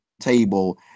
table